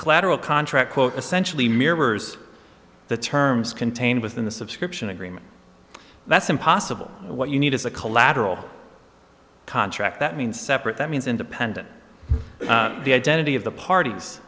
collateral contract quote essentially mirrors the terms contained within the subscription agreement that's impossible what you need is a collateral contract that means separate that means independent the identity of the parties